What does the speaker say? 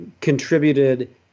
contributed